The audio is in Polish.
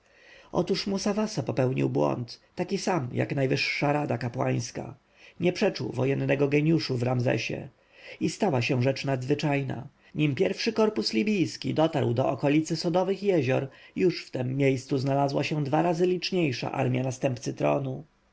otóż musawasa popełnił błąd taki sam jak najwyższa rada kapłańska nie przeczuł wojennego genjuszu w ramzesie i stała się rzecz nadzwyczajna nim pierwszy korpus libijski dotarł do okolicy sodowych jezior już w tem miejscu znalazła się dwa razy liczniejsza armja następcy tronu